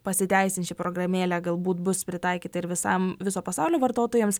pasiteisins ši programėlė galbūt bus pritaikyta ir visam viso pasaulio vartotojams